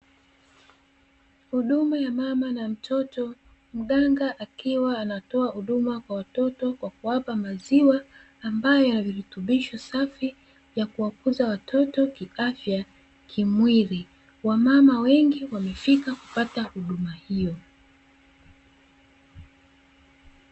Huduma ya mama na mtoto, mganga akiwa anatoa huduma kwa watoto kwa kuwapa maziwa ambayo yana virutubisho safi vya kuwakuza watoto kiafya na kimwili. Wamama wengi wamefika ili kupata huduma hiyo.